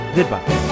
Goodbye